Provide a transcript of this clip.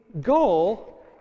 goal